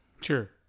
Sure